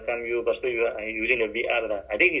ya then if the stock finish